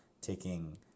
taking